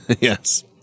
Yes